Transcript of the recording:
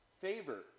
favor